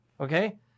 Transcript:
okay